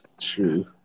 True